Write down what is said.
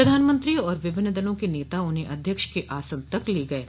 प्रधानमंत्री और विभिन्न दलों के नेता उन्हें अध्यक्ष के आसन तक ले गये